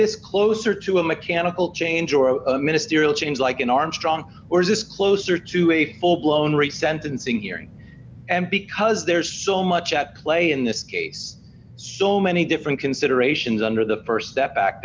this closer to a mechanical change or a ministerial change like in armstrong or is this closer to a full blown re sentencing hearing and because there's so much at play in this case so many different considerations under the st step back